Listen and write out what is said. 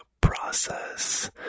process